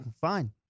fine